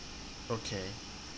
okay